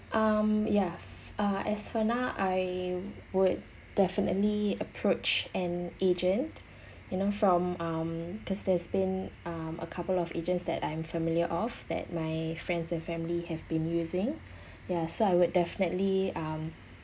um ya uh as for now I would definitely approach an agent you know from um because there's been um a couple of agents that I'm familiar of that my friends and family have been using ya so I would definitely um